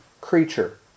creature